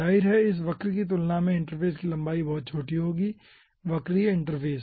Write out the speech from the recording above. जाहिर है इस वक्र की तुलना में इंटरफ़ेस की लंबाई छोटी होगी वक्रीय इंटरफ़ेस